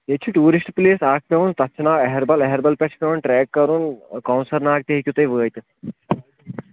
ییٚتہِ چھِ tourist place اَکھ پٮ۪وان تَتھ چھِ ناو اٮ۪ہربل اٮ۪ہربل پٮ۪ٹھ چھِ پٮ۪وان ٹرٛیک کَرُن کونٛسر ناگ تہِ ہیٚکِو تُہۍ وٲتِتھ